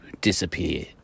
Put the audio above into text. disappear